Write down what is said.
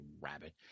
Rabbit